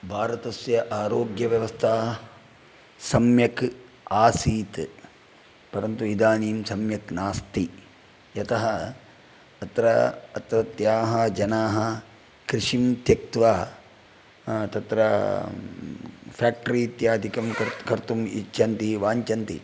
भारतस्य आरोग्यव्यवस्था सम्यक् आसीत् परन्तु इदानीं सम्यक् नास्ति यतः अत्र अत्रत्याः जनाः कृषिं त्यक्तवा तत्र फ्याक्ट्रि इत्यादिकं कर्तुम् इच्छन्ति वाञ्चन्ति